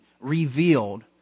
revealed